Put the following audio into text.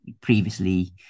previously